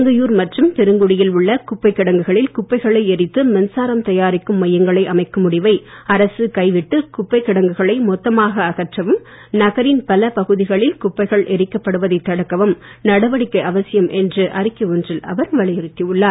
கொடுங்கையூர் மற்றும் பெருங்குடியில் உள்ள குப்பைக் கிடங்குகளில் குப்பைகளை எரித்து மின்சாரம் தயாரிக்கும் மையங்களை அமைக்கும் முடிவை அரசு கைவிட்டு குப்பைக் கிடங்குகளை மொத்தமாக அகற்றவும் நகரின் பல பகுதிகளில் குப்பைகள் தடுக்கவும் நடவடிக்கை அவசியம் என்று அறிக்கை ஒன்றில் அவர் வலியுறுத்தி உள்ளார்